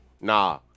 Nah